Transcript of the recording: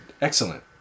excellent